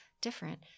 different